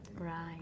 Right